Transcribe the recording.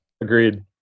Agreed